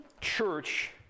church